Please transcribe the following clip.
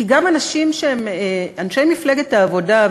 כי גם אנשים שהם אנשי מפלגת העבודה,